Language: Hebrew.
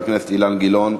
חבר הכנסת אילן גילאון,